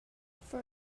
for